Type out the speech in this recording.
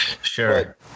Sure